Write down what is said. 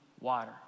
water